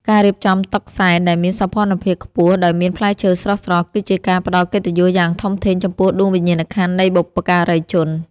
ការរៀបចំតុសែនដែលមានសោភ័ណភាពខ្ពស់ដោយមានផ្លែឈើស្រស់ៗ គឺជាការផ្តល់កិត្តិយសយ៉ាងធំធេងចំពោះដួងវិញ្ញាណក្ខន្ធនៃបុព្វការីជន។